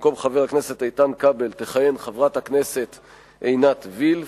במקום חבר הכנסת איתן כבל תכהן חברת הכנסת עינת וילף,